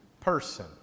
person